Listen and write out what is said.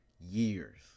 years